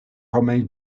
romain